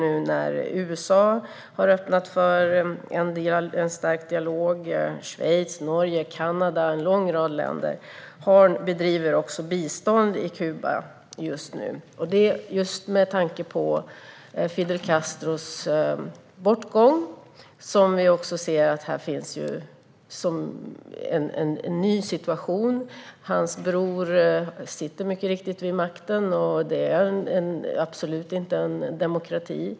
USA har öppnat för en stärkt dialog. Schweiz, Norge, Kanada och en lång rad andra länder bedriver också biståndsverksamhet på Kuba. Med tanke på Fidel Castros bortgång anser vi att det handlar om en ny situation. Hans bror sitter mycket riktigt vid makten, och det är absolut inte en demokrati.